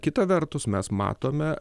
kita vertus mes matome